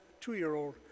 two-year-old